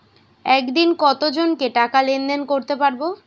একদিন কত জনকে টাকা লেনদেন করতে পারবো?